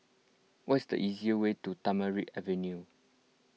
what is the easiest way to Tamarind Avenue